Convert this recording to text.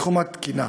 בתחום התקינה.